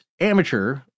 Amateur